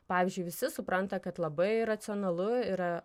pavyzdžiui visi supranta kad labai racionalu yra